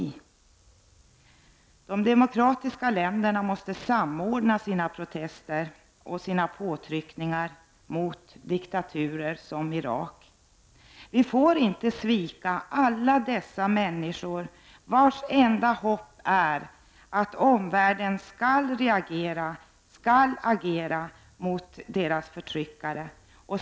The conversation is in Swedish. De demokratiska länderna måste samordna sina protester och påtryckningar mot diktaturer som Irak. Vi får inte svika alla dessa människor vars enda hopp är att omvärlden skall reagera och agera mot deras förtryckare.